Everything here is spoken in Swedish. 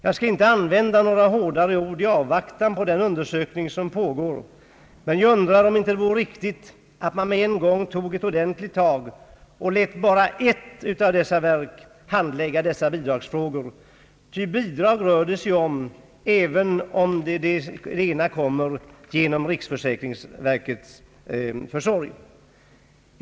Jag skall inte använda några hårdare ord i avvaktan på den undersökning som pågår, men jag undrar om det inte vore riktigt att man med en gång tog ett ordentligt tag och lät bara ett av dessa verk handlägga dessa bidragsfrågor. Det rör sig nämligen om bidrag, även om det ena utbetalas av riksförsäkringsverket.